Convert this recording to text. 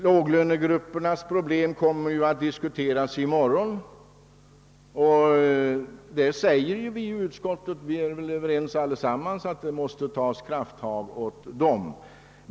Låglönegruppernas problem kommer ju att diskuteras här i morgon, och inom utskottet är vi alla överens om att krafttag måste tas på detta område.